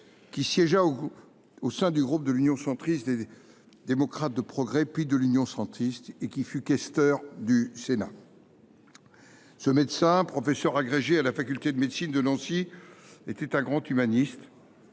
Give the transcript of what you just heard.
qui siégea au sein du groupe de l’Union centriste des démocrates de progrès, puis de l’Union Centriste, et qui fut questeur du Sénat. Ce médecin de formation, professeur agrégé à la faculté de médecine de Nancy, était un grand humaniste.